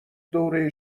دوره